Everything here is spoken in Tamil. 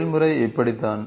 செயல்முறை இப்படித்தான்